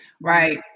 Right